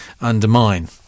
undermine